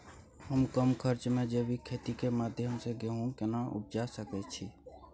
हम कम खर्च में जैविक खेती के माध्यम से गेहूं केना उपजा सकेत छी?